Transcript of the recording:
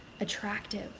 attractive